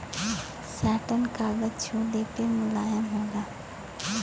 satin कागज छुले पे मुलायम होला